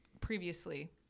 previously